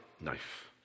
knife